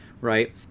right